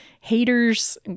haters